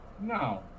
No